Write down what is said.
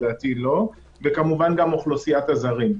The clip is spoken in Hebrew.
כמובן גם אוכלוסיית הזרים.